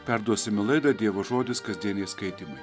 perduosime laidą dievo žodis kasdieniai skaitymai